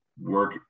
work